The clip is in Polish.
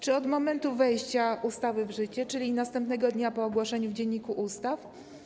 Czy od momentu wejścia ustawy w życie, czyli następnego dnia po ogłoszeniu jej w Dzienniku Ustaw?